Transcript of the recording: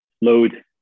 load